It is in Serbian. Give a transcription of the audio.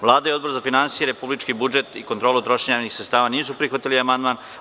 Vlada i Odbor za finansije, republički budžet i kontrolu trošenja javnih sredstava nisu prihvatili amandman.